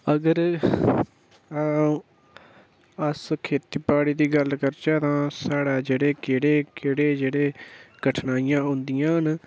अगर अस खेती बाड़ी दी गल्ल करचै तां साढ़े जेह्ड़े केह्ड़े केह्ड़े जेह्ड़े कठनाइयां औंदियांं न